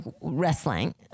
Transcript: wrestling